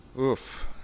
Oof